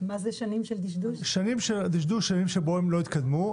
שנים שבהן לא התקדמו.